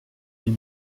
deux